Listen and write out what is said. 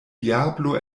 diablo